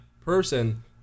person